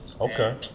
Okay